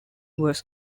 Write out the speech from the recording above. was